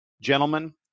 Gentlemen